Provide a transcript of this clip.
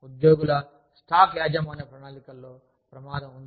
ఉద్యోగుల స్టాక్ యాజమాన్య ప్రణాళికల్లో ప్రమాదం ఉంది